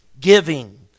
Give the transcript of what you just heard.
Giving